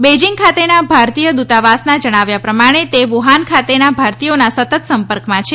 Beijing ખાતેના ભારતીય દૂતાવાસનાં જણાવ્યા પ્રમાણેતે વુહાન ખાતેના ભારતીયોના સતત સપંકંમાં છે